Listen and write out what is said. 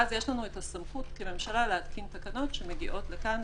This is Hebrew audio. ואז יש לנו את הסמכות כממשלה להתקין תקנות שמגיעות לכאן,